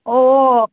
অ'